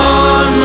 on